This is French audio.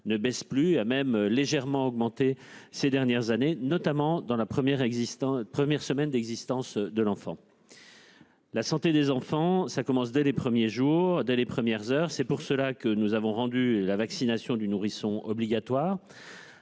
ne baisse plus. Il a même légèrement augmenté ces dernières années, notamment dans les premières semaines d'existence de l'enfant. La santé des enfants, cela commence dès les premiers jours, dès les premières heures. C'est pour cela que nous avons rendu la vaccination du nourrisson obligatoire.